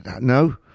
No